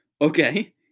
okay